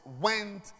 went